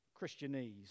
Christianese